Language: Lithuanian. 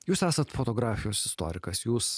jūs esat fotografijos istorikas jūs